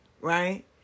Right